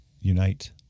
Unite